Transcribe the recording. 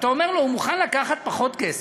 הוא מוכן לקחת פחות כסף,